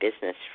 Business